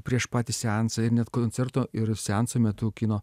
prieš patį seansą ir net koncerto ir seanso metu kino